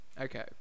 okay